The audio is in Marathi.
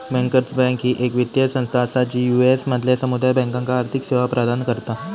बँकर्स बँक ही येक वित्तीय संस्था असा जी यू.एस मधल्या समुदाय बँकांका आर्थिक सेवा प्रदान करता